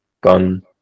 gone